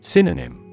Synonym